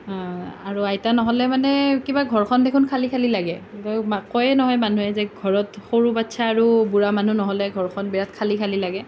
আইতা নহ'লে মানে কিবা ঘৰখন দেখোন খালী খালী লাগে কয়ে নহয় মানুহে যে ঘৰত সৰু বাচ্ছা আৰু বুঢ়া মানুহ নহ'লে ঘৰখন বিৰাট খালী খালী লাগে